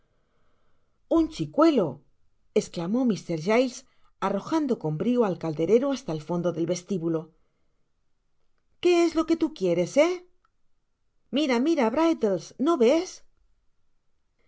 un chicuelo esclamó mr giles arrojando con brio al calderero hasta el fondo del vestibuloqué es lo que tu quieres he mira mira brittles nq ves